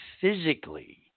physically